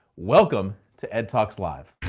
welcome to ed talks live.